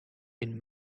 been